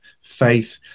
faith